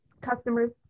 customers